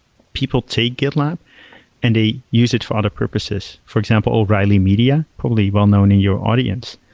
people take gitlab and they use it for other purposes. for example, o'reilly media, probably well-known in your audience.